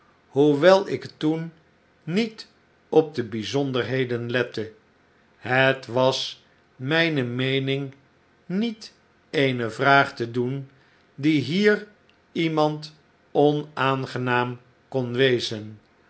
hoewel ik toen niet op de bijzonderheden lette het was mijne meening niet eene vraag te doen die hier iemand onaangenaam kon wezen